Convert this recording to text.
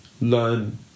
learn